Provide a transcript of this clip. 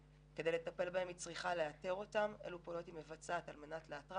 נוער בסיכון; אלו פעולות היא מבצעת על מנת לאתרם,